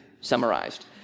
summarized